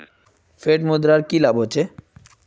Fiat मुद्रार की लाभ होचे?